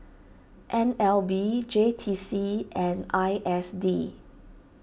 N L B J T C and I S D